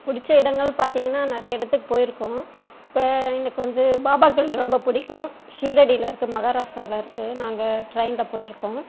பிடிச்ச இடங்கள்ன்னு பார்த்திங்கன்னா நிறையா இடத்துக்கு போயிருக்கோம் இப்போ எனக்கு வந்து பாபா கோயில் ரொம்ப பிடிக்கும் ஷீரடியில் இருக்குது மஹாராஷ்டிராவில் இருக்குது நாங்கள் ட்ரெயினில் போயிருக்கோம்